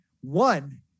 One